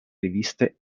riviste